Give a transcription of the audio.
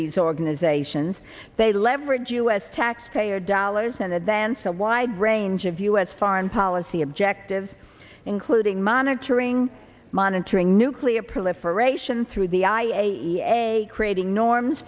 these organizations they leverage u s taxpayer dollars and advance a wide range of u s foreign policy objectives including monitoring monitoring nuclear proliferation through the i a e a creating norms